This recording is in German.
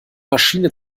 maschine